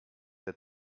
der